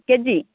KG